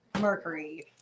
mercury